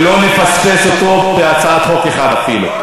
שלא נפספס אותו בהצעת חוק אחת אפילו.